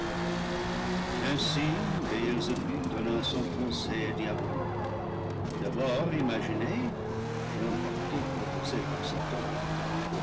ainsi béelzébuth donna son conseil diabolique d'abord imaginé et en partie proposé par satan